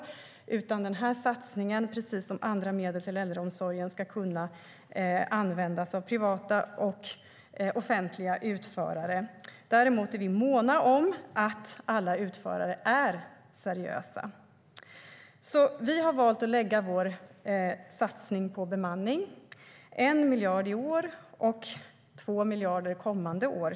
Satsningen ska, precis som andra medel till äldreomsorgen, kunna användas av privata och offentliga utförare. Däremot är vi måna om att alla utförare är seriösa. Vi har valt att lägga vår satsning på bemanning, till exempel 1 miljard i år och 2 miljarder kommande år.